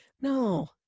No